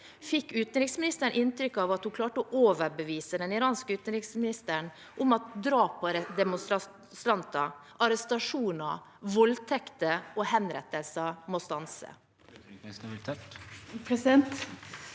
Fikk utenriksministeren inntrykk av at hun klarte å overbevise den iranske utenriksministeren om at drap på demonstranter, arrestasjoner, voldtekter og henrettelser må stanse?